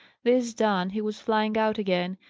this done, he was flying out again,